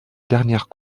dernière